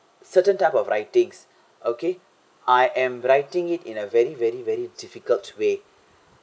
certain type of writings okay I am writing it in a very very very difficult way